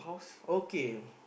okay